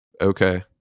Okay